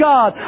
God